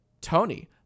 Tony